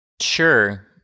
Sure